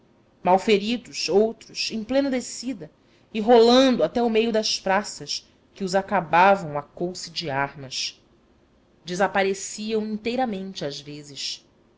muitos malferidos outros em plena descida e rolando até ao meio das praças que os acabavam a couce de armas desapareciam inteiramente às vezes